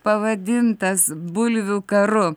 pavadintas bulvių karu